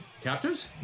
Captors